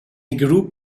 group